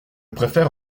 préfère